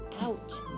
out